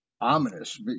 ominous